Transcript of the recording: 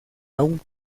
aún